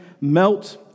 melt